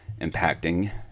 impacting